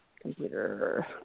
computer